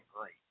great